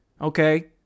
okay